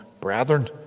brethren